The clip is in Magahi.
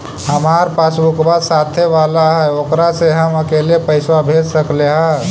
हमार पासबुकवा साथे वाला है ओकरा से हम अकेले पैसावा भेज सकलेहा?